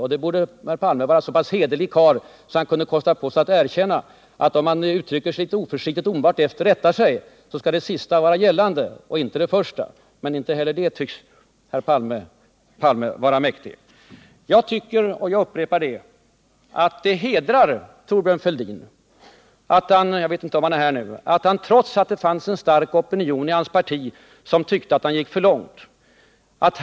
Olof Palme borde vara en så pass hederlig karl att han kunde kosta på sig att erkänna att om man uttrycker sig litet oförsiktigt och omedelbart rättar sig, så skall det sista gälla och inte det första. Men inte heller det tycks Olof Palme vara mäktig. Jag tycker — jag upprepar det — att det hedrar Thorbjörn Fälldin att hans strävan som statsminister var att försöka att hålla ihop regeringen, trots att det fanns en stark opinion i hans parti som tyckte att han gick för långt.